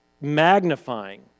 magnifying